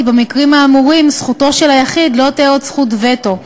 כי במקרים האמורים זכותו של היחיד לא תהא עוד זכות וטו,